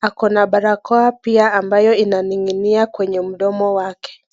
Ako na barakoa pia ambayo inaninginia kwenye mdomo wake.